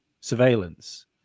surveillance